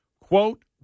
quote